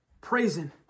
praising